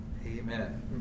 Amen